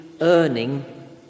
earning